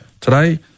Today